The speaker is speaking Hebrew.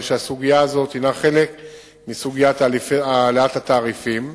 הסוגיה הזאת היא חלק מסוגיית העלאת התעריפים,